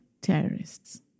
terrorists